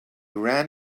ran